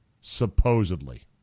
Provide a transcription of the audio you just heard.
supposedly